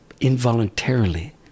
involuntarily